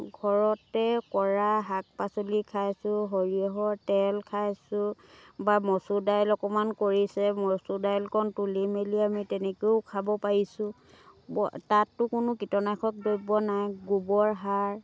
ঘৰতে কৰা শাক পাচলি খাইছোঁ সৰিয়হৰ তেল খাইছোঁ বা মচুৰ দাইল অকণমান কৰিছে মচুৰ দাইলকণ তুলি মেলি আমি তেনেকৈও খাব পাৰিছোঁ তাততো কোনো কীটনাশক দ্ৰব্য নাই গোবৰ সাৰ